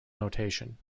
notation